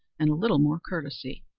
and a little more courtesy.